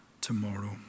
tomorrow